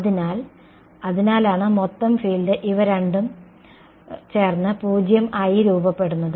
അതിനാൽ അതിനാലാണ് മൊത്തം ഫീൽഡ് ഇവ രണ്ടും ഇവ രണ്ടും ചേർന്ന് 0 ആയി രൂപപ്പെടുന്നത്